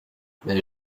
mais